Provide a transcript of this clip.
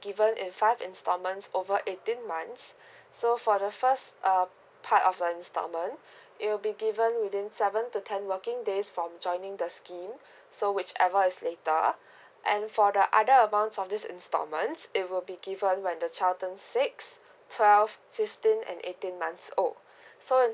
given in five installments over eighteen months so for the first uh part of a installment it'll be given within seven to ten working days from joining the scheme so whichever is later and for the other amounts of this installments it will be given when the child turns six twelve fifteen and eighteen months old so